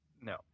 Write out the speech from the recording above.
No